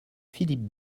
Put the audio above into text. philippe